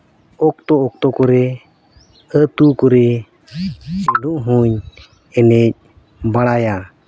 ᱚᱠᱛᱚᱼᱚᱠᱛᱚ ᱠᱚᱨᱮ ᱟᱛᱳ ᱠᱚᱨᱮ ᱪᱷᱤᱸᱰᱩ ᱦᱩᱧ ᱮᱱᱮᱡ ᱵᱟᱲᱟᱭᱟ